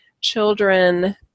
children